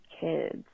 kids